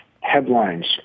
Headlines